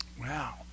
Wow